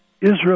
Israel